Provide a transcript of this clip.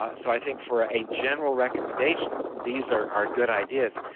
ah so i think for a general recommendation, these are are good ideas